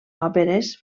òperes